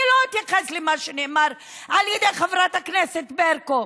אני לא אתייחס למה שנאמר על ידי חברת הכנסת ברקו.